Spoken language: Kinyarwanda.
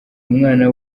umwana